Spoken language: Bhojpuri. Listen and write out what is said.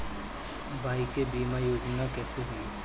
बाईक बीमा योजना कैसे होई?